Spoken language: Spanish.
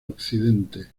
occidente